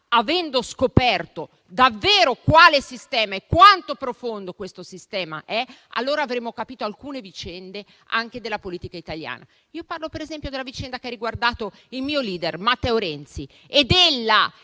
avendo scoperto davvero quale sistema e quanto profondo è, avremo capito alcune vicende anche della politica italiana. Parlo, ad esempio, della vicenda che ha riguardato il mio *leader*, Matteo Renzi, e della